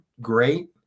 great